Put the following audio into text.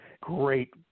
Great